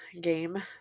game